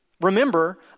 Remember